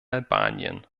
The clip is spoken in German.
albanien